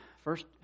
First